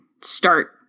start